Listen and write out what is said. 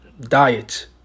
diet